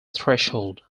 threshold